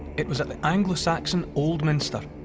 it was at the anglo-saxon old minster,